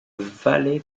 valle